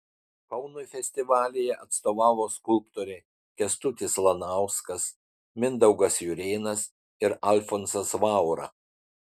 kaunui festivalyje atstovavo skulptoriai kęstutis lanauskas mindaugas jurėnas ir alfonsas vaura